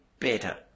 Better